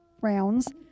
rounds